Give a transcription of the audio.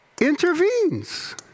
Intervenes